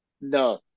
No